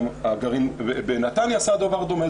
גם גרעין בנתניה עשה דבר דומה.